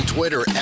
Twitter